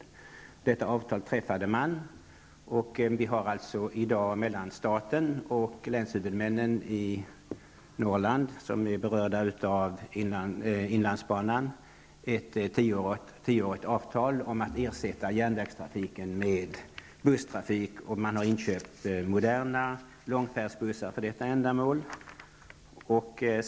Man träffade detta avtal, och vi har alltså i dag ett tioårigt avtal mellan staten och de länstrafikhuvudmän i Norrland som är berörda av inlandsbanan om att ersätta järnvägstrafiken med busstrafik. Man har inköpt moderna långfärdsbussar för detta ändamål.